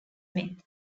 men